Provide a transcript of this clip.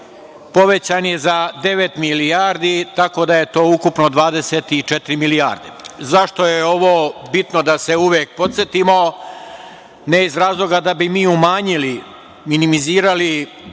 povećan je za devet milijardi, tako da je to ukupno 24 milijarde.Zašto je ovo bitno da se uvek podsetimo? Ne, iz razloga da bi mi umanjili, minimizirali